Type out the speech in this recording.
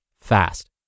fast